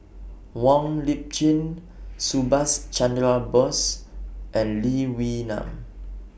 Wong Lip Chin Subhas Chandra Bose and Lee Wee Nam